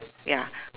ya